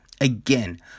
Again